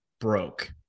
broke